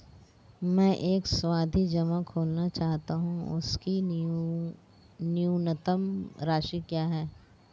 मैं एक सावधि जमा खोलना चाहता हूं इसकी न्यूनतम राशि क्या है?